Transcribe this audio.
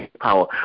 power